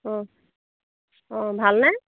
অ' অ' ভালনে